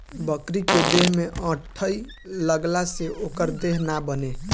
बकरी के देह में अठइ लगला से ओकर देह ना बने